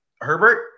Herbert